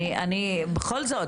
בכל זאת,